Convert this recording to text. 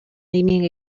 leaning